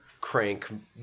crank